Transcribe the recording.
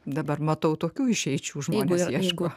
dabar matau tokių išeičių žmonės ieško